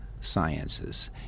sciences